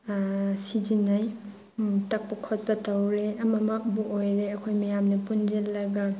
ꯁꯤꯖꯤꯟꯅꯩ ꯇꯛꯄ ꯈꯣꯠꯄ ꯇꯩꯔꯦ ꯑꯃꯃꯕꯨ ꯑꯣꯏꯔꯦ ꯑꯩꯈꯣꯏ ꯃꯌꯥꯝꯅ ꯄꯨꯟꯁꯤꯜꯂꯒ